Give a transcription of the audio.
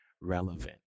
relevant